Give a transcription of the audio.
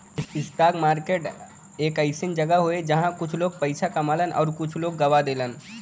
stock market एक अइसन जगह हौ जहां पर कुछ लोग पइसा कमालन आउर कुछ लोग गवा देलन